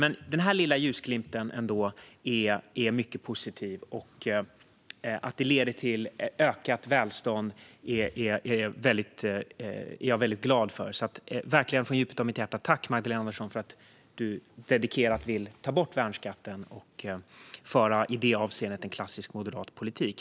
Men den här lilla ljusglimten är mycket positiv, och att det leder till ökat välstånd är jag väldigt glad för. Tack från djupet av mitt hjärta, Magdalena Andersson, för att du dedikerat vill ta bort värnskatten och i det avseendet föra en klassisk moderat politik!